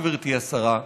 גברתי השרה,